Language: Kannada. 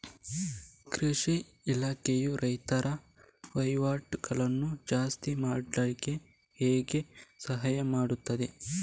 ಕೃಷಿ ಇಲಾಖೆಯು ರೈತರ ವಹಿವಾಟುಗಳನ್ನು ಜಾಸ್ತಿ ಮಾಡ್ಲಿಕ್ಕೆ ಹೇಗೆ ಸಹಾಯ ಮಾಡ್ತದೆ?